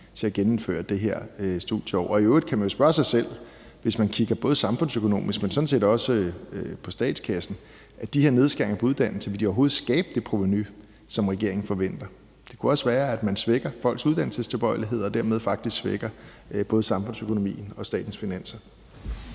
til at genindføre det her studieår. I øvrigt kan man jo spørge sig selv, hvis man kigger både samfundsøkonomisk, men sådan set også på statskassen, om de her nedskæringer på uddannelse overhovedet vil skabe det provenu, som regeringen forventer. Det kunne også være, at man svækker folks uddannelsestilbøjelighed og dermed faktisk svækker både samfundsøkonomien og statens finanser.